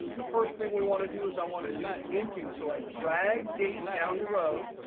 the first thing we want to do is i want to do grouping so i drag date down the rows.